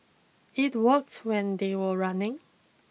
it worked when they were running